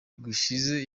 gushize